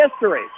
history